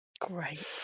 Great